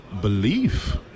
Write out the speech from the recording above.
belief